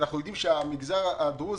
אנחנו יודעים שהמגזר הדרוזי,